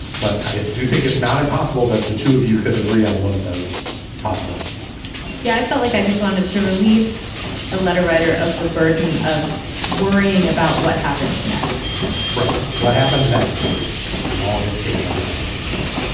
but i do think it's not impossible that the two of you could agree on one of those possibilities yeah, i felt like i just wanted to relieve the letter writer of the burden of worrying about what happens next right. what happens next is we all get taken over by the machines.